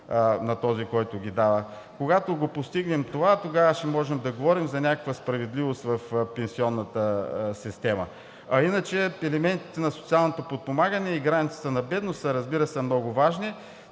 на този, който го дава. Когато постигнем това, тогава ще можем да говорим за някаква справедливост в пенсионната система. Иначе елементите на социалното подпомагане и границата на бедност, разбира се, са много важни.